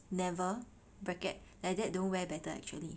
never bracket added don't wear better actually